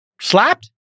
slapped